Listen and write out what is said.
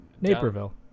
Naperville